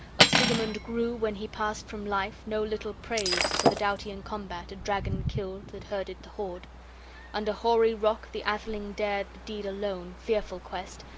of sigemund grew, when he passed from life, no little praise for the doughty-in-combat a dragon killed that herded the hoard under hoary rock the atheling dared the deed alone fearful quest,